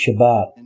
Shabbat